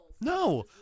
No